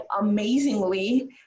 amazingly